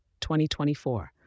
2024